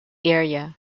area